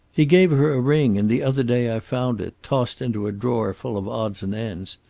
he gave her a ring, and the other day i found it, tossed into a drawer full of odds and ends.